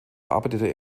arbeitete